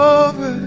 over